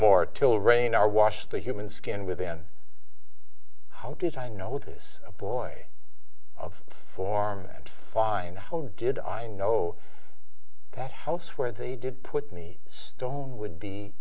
more till rain are washed the human skin within how did i notice a boy of form and find how did i know that house where they did put me stone would